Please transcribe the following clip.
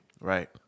Right